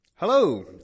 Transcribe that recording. Hello